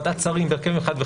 בוועדת שרים וכדומה,